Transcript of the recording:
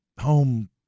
home